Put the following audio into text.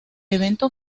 evento